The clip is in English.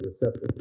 receptor